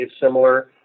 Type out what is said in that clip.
similar